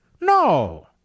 No